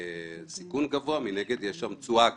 בסיכון גבוה יש תשואה גבוהה.